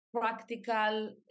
practical